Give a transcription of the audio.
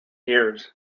years